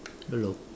hello